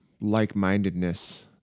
like-mindedness